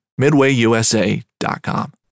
MidwayUSA.com